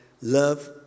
love